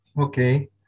Okay